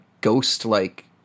ghost-like